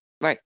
Right